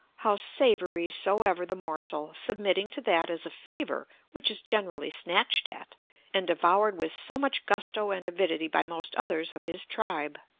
how savoury soever the morsel, submitting to that as a favour which is generally snatched at and devoured with so much gusto and avidity by most others of his tribe.